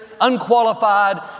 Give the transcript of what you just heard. unqualified